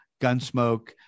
Gunsmoke